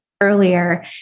earlier